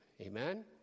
amen